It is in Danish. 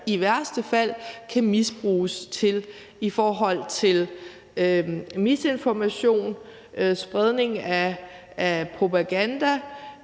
i værste fald kan misbruges til i forhold til misinformation, spredning af propaganda,